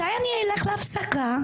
מתי אני אלך להפסקה?